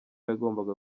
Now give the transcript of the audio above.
yagombaga